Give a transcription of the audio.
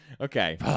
Okay